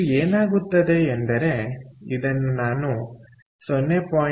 ಇದು ಏನಾಗುತ್ತದೆ ಎಂದರೆ ಅದನ್ನು ನಾನು 0